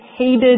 Hated